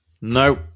no